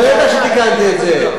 בטח שתיקנתי את זה.